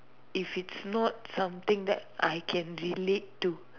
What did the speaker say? if it's not something that I can relate to